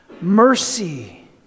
mercy